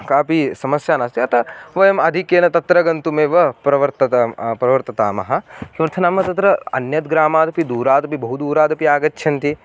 कापि समस्या नास्ति अतः वयम् आधिक्येन तत्र गन्तुमेव प्रवर्ततां प्रवर्ततामः किमर्थं नाम तत्र अन्यद्ग्रामादपि दूरादपि बहु दूरादपि आगच्छन्ति